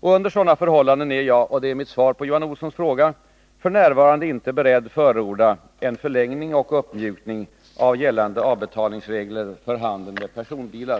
Under sådana förhållanden är jag — och detta är mitt svar på Johan Olssons fråga — f.n. icke beredd förorda en ”förlängning och uppmjukning” av gällande avbetalningsregler för handeln med personbilar.